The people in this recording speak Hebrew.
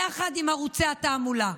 יחד עם ערוצי התעמולה.